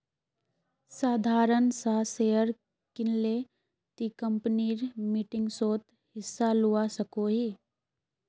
साधारण सा शेयर किनले ती कंपनीर मीटिंगसोत हिस्सा लुआ सकोही